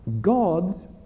God's